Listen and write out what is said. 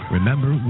Remember